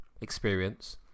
experience